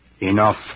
Enough